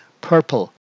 Purple